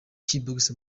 bbox